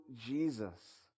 Jesus